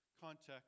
context